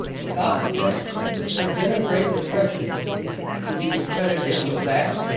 stop and think. if there had been a great depression would you have credited him with that?